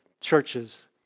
churches